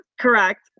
Correct